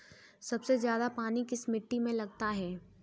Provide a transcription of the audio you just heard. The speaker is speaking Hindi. सबसे ज्यादा पानी किस मिट्टी में लगता है?